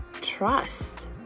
trust